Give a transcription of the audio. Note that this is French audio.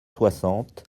soixante